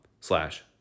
slash